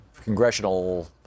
congressional